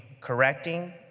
correcting